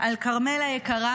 על כרמל היקרה,